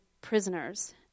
prisoners